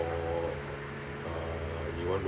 for uh you want to